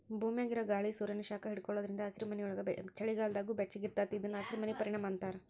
ಭೂಮ್ಯಾಗಿರೊ ಗಾಳಿ ಸೂರ್ಯಾನ ಶಾಖ ಹಿಡ್ಕೊಳೋದ್ರಿಂದ ಹಸಿರುಮನಿಯೊಳಗ ಚಳಿಗಾಲದಾಗೂ ಬೆಚ್ಚಗಿರತೇತಿ ಇದನ್ನ ಹಸಿರಮನಿ ಪರಿಣಾಮ ಅಂತಾರ